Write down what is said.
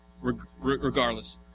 regardless